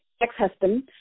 ex-husband